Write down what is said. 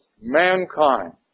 mankind